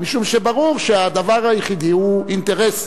משום שברור שהדבר היחידי הוא אינטרס